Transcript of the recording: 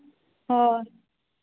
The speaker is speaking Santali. ᱦᱳᱭ